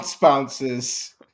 bounces